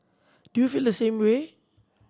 do you feel the same way